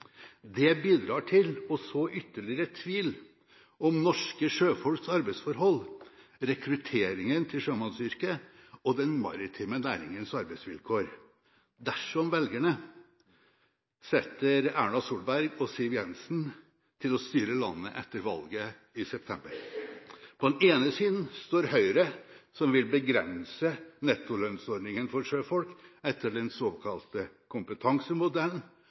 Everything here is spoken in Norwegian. Det bidrar til å så ytterligere tvil om norske sjøfolks arbeidsforhold, rekrutteringen til sjømannsyrket og den maritime næringens arbeidsvilkår dersom velgerne setter Erna Solberg og Siv Jensen til å styre landet etter valget i september. På den ene siden står Høyre, som vil begrense nettolønnsordningen for sjøfolk etter den såkalte kompetansemodellen